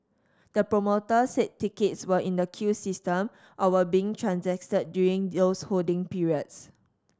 the promoter said tickets were in the queue system or were being transacted during those holding periods